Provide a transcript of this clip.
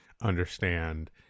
understand